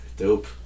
dope